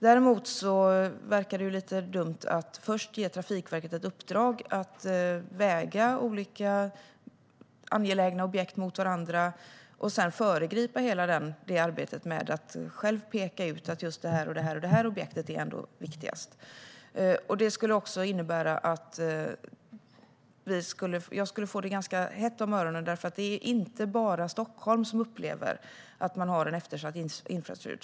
Däremot verkar det lite dumt att först ge Trafikverket ett uppdrag att väga olika angelägna objekt mot varandra och sedan föregripa arbetet med att själv peka ut att det och det objektet är viktigast. Det skulle också innebära att jag skulle få det hett om öronen. Det är inte bara Stockholm som upplever att infrastrukturen är eftersatt.